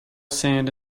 sand